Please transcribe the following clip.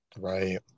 Right